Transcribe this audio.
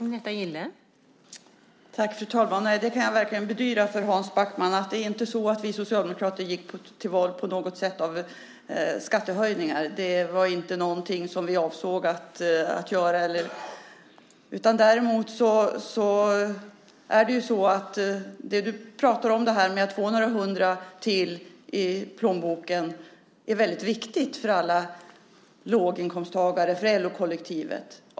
Fru talman! Nej, jag kan verkligen bedyra för Hans Backman att vi socialdemokrater inte på något sätt gick till val med skattehöjningar. Det var inte någonting som vi avsåg att göra. Du pratar om att det är väldigt viktigt för alla låginkomsttagare, för LO-kollektivet, att få några hundra till i plånboken.